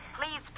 Please